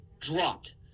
dropped